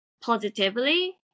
positively